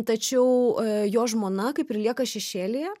tačiau jo žmona kaip ir lieka šešėlyje